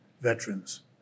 veterans